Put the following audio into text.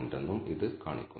472 വരെ നൽകുന്നു